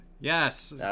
Yes